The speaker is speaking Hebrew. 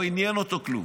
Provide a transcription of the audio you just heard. לא עניין אותו כלום.